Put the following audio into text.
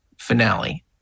Finale